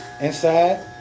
inside